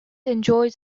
enjoys